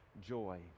joy